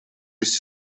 есть